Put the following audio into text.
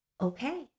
okay